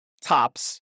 tops